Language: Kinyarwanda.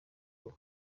kuba